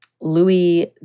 Louis